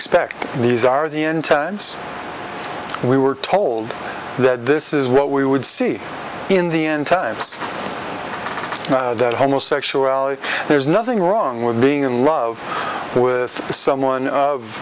expect these are the end times we were told that this is what we would see in the end times that homosexuality there's nothing wrong with being in love with someone of